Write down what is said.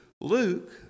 Luke